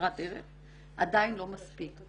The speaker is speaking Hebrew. כברת דרך לשיפור אך זה עדיין לא מספיק.